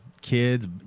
kids